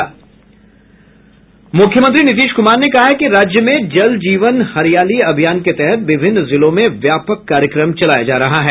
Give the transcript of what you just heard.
मुख्यमंत्री नीतीश कुमार ने कहा है कि राज्य में जल जीवन हरियाली अभियान के तहत विभिन्न जिलों में व्यापक कार्यक्रम चलाया जा रहा है